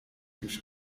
już